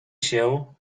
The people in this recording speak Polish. się